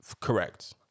Correct